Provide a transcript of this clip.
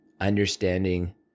Understanding